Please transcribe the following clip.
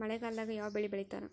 ಮಳೆಗಾಲದಾಗ ಯಾವ ಬೆಳಿ ಬೆಳಿತಾರ?